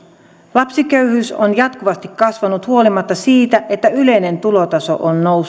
lapsiköyhyys on jatkuvasti kasvanut huolimatta siitä että yleinen tulotaso on noussut